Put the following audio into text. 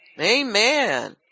Amen